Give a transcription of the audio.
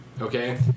Okay